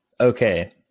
Okay